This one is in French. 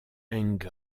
ung